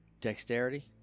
dexterity